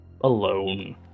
alone